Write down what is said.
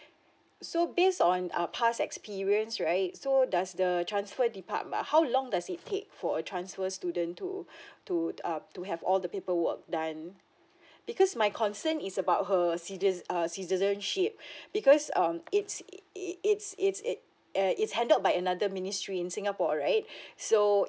so based on our past experience right so does the transfer departm~ how long does it take for a transfer student to to um to have all the paperwork done because my concern is about her citiz~ uh citizenship because um it's it it's it err it's handled by another ministry in singapore right so